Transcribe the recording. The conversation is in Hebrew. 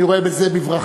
ואני רואה את זה בברכה.